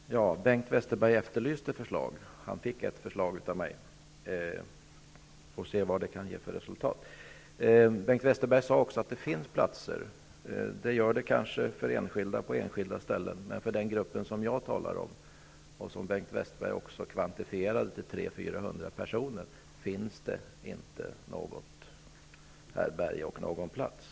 Fru talman! Bengt Westerberg efterlyste förslag. Han fick ett förslag av mig. Vi får se vilket resultat det kan ge. Bengt Westerberg sade också att det finns platser. Det kanske finns platser för enskilda på enskilda ställen, men för den grupp som jag talar om -- och som Bengt Westerberg också kvantifierade till 300--400 personer -- finns det inte något härbärge och inte någon plats.